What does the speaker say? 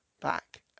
back